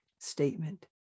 statement